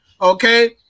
okay